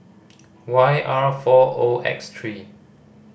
Y R four O X three